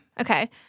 okay